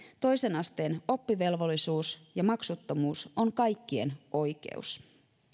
toisen asteen oppivelvollisuus ja maksuttomuus on kaikkien oikeus